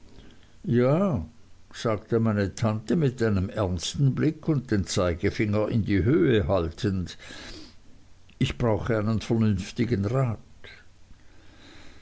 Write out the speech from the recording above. ja sagte meine tante mit einem ernsten blick und den zeigefinger in die höhe haltend ich brauche einen vernünftigen rat